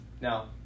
Now